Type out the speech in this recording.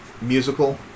musical